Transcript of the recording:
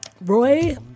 Roy